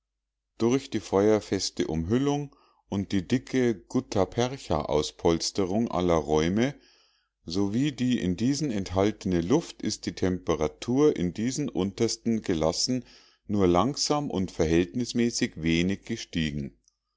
durch die feuerfeste umhüllung und die dicke guttaperchaauspolsterung aller räume sowie die in diesen enthaltene luft ist die temperatur in diesen untersten gelassen nur langsam und verhältnismäßig wenig gestiegen